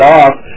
off